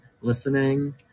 listening